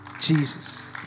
Jesus